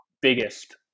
biggest